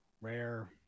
rare